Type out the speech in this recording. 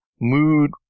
mood